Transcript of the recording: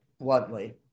bluntly